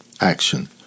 action